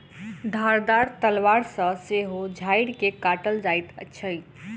धारदार तलवार सॅ सेहो झाइड़ के काटल जाइत छै